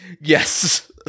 Yes